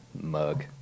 mug